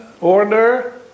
order